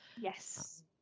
yes